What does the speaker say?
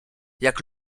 jak